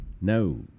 No